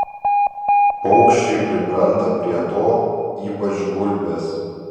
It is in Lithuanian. paukščiai pripranta prie to ypač gulbės